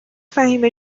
فهیمه